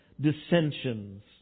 dissensions